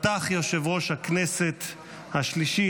פתח יושב-ראש הכנסת השלישי